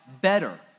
better